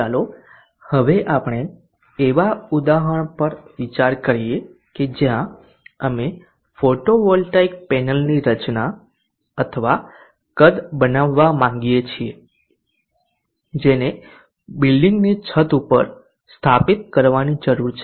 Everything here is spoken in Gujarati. ચાલો હવે આપણે એવા ઉદાહરણ પર વિચાર કરીએ કે જ્યાં અમે ફોટોવોલ્ટેઇક પેનલની રચના અથવા કદ બનાવવા માંગીએ છીએ જેને બિલ્ડિંગની છત ઉપર સ્થાપિત કરવાની જરૂર છે